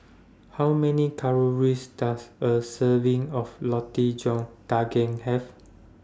How Many Calories Does A Serving of Roti John Daging Have